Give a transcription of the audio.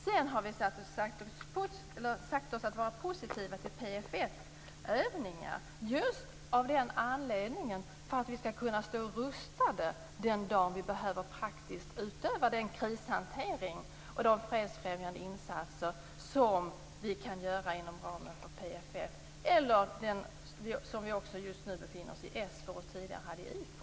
Sedan har vi sagt oss vara positiva till PFF:s övningar just av den anledningen att vi skall kunna stå rustade den dagen vi praktiskt behöver utöva den krishantering och de fredsfrämjande insatser som vi kan göra inom ramen för PFF eller SFOR - där vi just nu befinner oss - och som vi tidigare gjorde i IFOR.